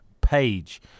Page